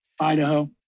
Idaho